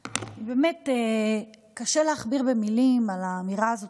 באמת, קשה להכביר מילים על האמירה הזאת.